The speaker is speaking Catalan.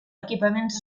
equipaments